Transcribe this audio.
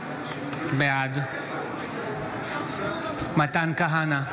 בעד מתן כהנא,